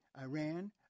Iran